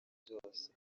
byose